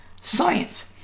science